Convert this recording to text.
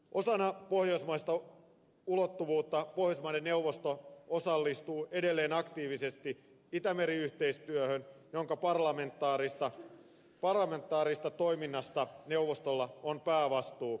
osana pohjoismaista ulottuvuutta pohjoismaiden neuvosto osallistuu edelleen aktiivisesti itämeri yhteistyöhön jonka parlamentaarisesta toiminnasta neuvostolla on päävastuu